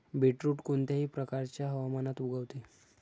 beetroot कोणत्याही प्रकारच्या हवामानात उगवते